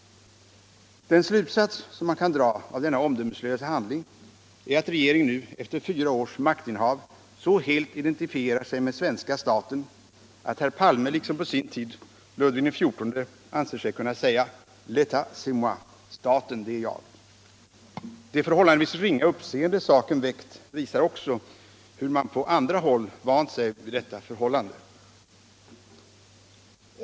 Den slutsats man kan dra av denna omdömeslösa handling är att regeringen nu, efter 44 års maktinnehav, så helt identifierar sig med svenska staten att herr Palme liksom på sin tid Ludvig XIV anser sig kunna säga: ”L'état, c'est moi — staten, det är jag.” Det förhållandevis ringa uppseende saken väckt visar också hur långt man på andra håll vant sig vid detta förhållande.